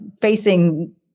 facing